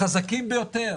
החזקים ביתר.